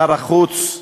שר החוץ,